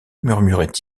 murmurait